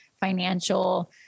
financial